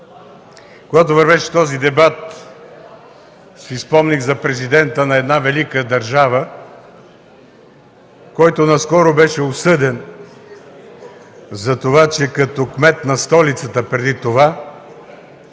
Когато вървеше този дебат, си спомних за президента на една велика държава, който наскоро беше осъден за това, че като кмет на столицата преди това